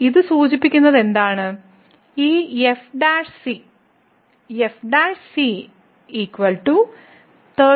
ഇത് സൂചിപ്പിക്കുന്നത് എന്താണ് ഈ f